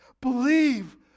Believe